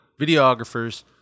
videographers